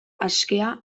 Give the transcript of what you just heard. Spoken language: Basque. askea